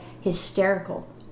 hysterical